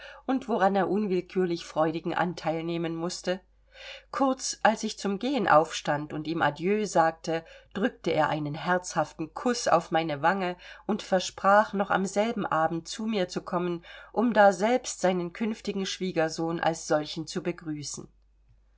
und woran er unwillkürlich freudigen anteil nehmen mußte kurz als ich zum gehen aufstand und ihm adieu sagte drückte er einen herzhaften kuß auf meine wange und versprach noch am selben abend zu mir zu kommen um daselbst seinen künftigen schwiegersohn als solchen zu begrüßen